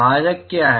भाजक क्या है